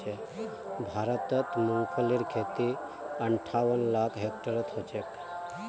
भारतत मूंगफलीर खेती अंठावन लाख हेक्टेयरत ह छेक